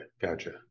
Gotcha